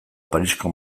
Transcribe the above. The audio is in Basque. parisko